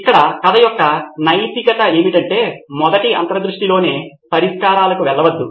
ఇక్కడ కథ యొక్క నైతికత ఏమిటంటే మొదటి అంతర్దృష్టిలోనే పరిష్కారాలకు వెళ్లవద్దు